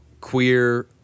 queer